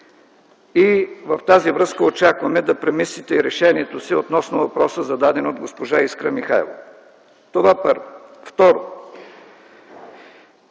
и в тази връзка очакваме да премислите и решението си относно въпроса, зададен от госпожа Искра Михайлова. Това, първо. Второ,